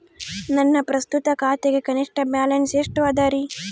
ನನ್ನ ಪ್ರಸ್ತುತ ಖಾತೆಗೆ ಕನಿಷ್ಠ ಬ್ಯಾಲೆನ್ಸ್ ಎಷ್ಟು ಅದರಿ?